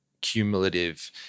cumulative